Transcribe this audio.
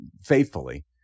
faithfully